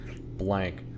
blank